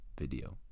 video